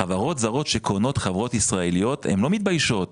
חברות זרות שקונות חברות ישראליות הן לא מתביישות,